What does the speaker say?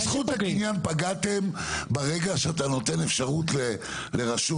בזכות הקניין פגעתם ברגע שאתה נותן אפשרות לרשות